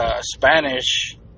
Spanish